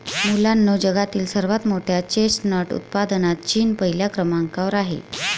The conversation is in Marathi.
मुलांनो जगातील सर्वात मोठ्या चेस्टनट उत्पादनात चीन पहिल्या क्रमांकावर आहे